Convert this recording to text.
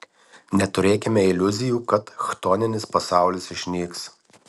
neturėkime iliuzijų kad chtoninis pasaulis išnyks